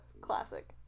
Classic